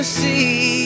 see